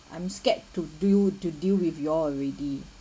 I'm scared to deal to deal with you all already